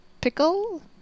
pickle